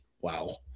wow